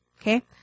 Okay